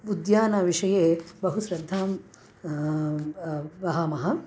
उद्यानविषये बहु श्रद्धां वहामः